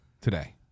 today